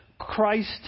Christ